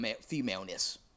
femaleness